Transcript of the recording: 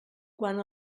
quan